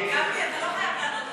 לא חייב לענות עכשיו.